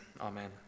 Amen